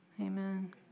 Amen